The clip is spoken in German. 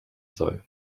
soll